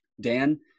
dan